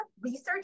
research